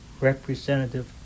representative